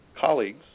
colleagues